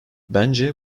bence